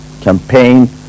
campaign